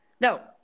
Now